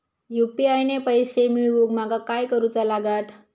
UPI ने पैशे मिळवूक माका काय करूचा लागात?